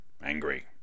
angry